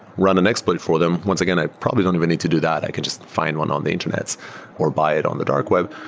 run an exploit for them. once again, i probably don't even need to do that. i can just find one on the internet or buy it on the dark web.